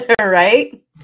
Right